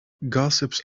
gossips